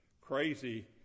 crazy